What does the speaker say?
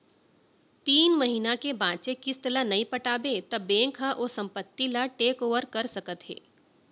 तीन महिना के बांचे किस्त ल नइ पटाबे त बेंक ह ओ संपत्ति ल टेक ओवर कर सकत हे